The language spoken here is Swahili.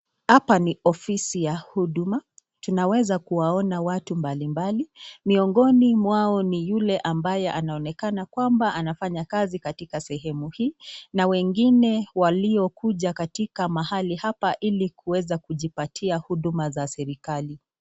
Hapa ni ofisi ya huduma. Tunaweza kuwaona watu mbalimbali. Miongoni mwao ni yule ambaye anaonekana kwamba anafanya kazi katika sehemu hii na wengine walio kuja katika mahali hapa ili kuweza kujipatia huduma za serikali.